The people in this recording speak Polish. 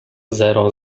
zero